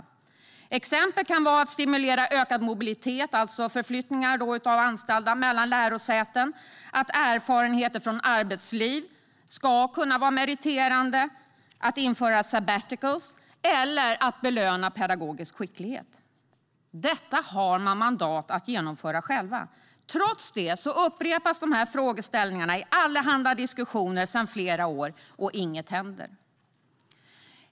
Som exempel kan nämnas att stimulera ökad mobilitet - alltså förflyttningar av anställda - mellan lärosäten, att erfarenheter från arbetsliv ska kunna vara meriterande, att införa sabbaticals eller att belöna pedagogisk skicklighet. Detta har man mandat att genomföra själv. Trots det har dessa frågeställningar upprepats i flera år i allehanda diskussioner, men inget händer.